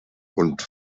und